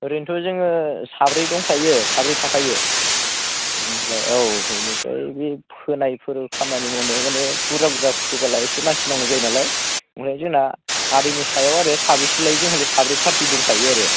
ओरैनोथ' जोङो साब्रै दंखायो साब्रै थाखायो ओमफ्राय औ इनिफ्राय बे फोनायफोर खामानि मावनो माने बुरजा बुरजा फोबोला एसे मानसि नांगौ जायो नालाय ओमफ्राय जोंना आदैनि सायाव आरो साबैसे लायो जों हले साब्रै पार्टि दंखायो आरो